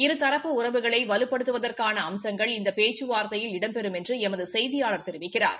இருதரப்பு உறவுகளை வலுப்படுத்துவதற்கான அம்சங்கள் இந்த பேச்சுவார்த்தையில் இடம்பெறும் என்று எமது செய்தியாளர் தெரிவிக்கிறார்